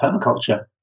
permaculture